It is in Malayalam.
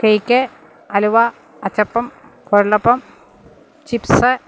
കേക്ക് അലുവ അച്ചപ്പം കൊഴലപ്പം ചിപ്സ്